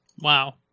Wow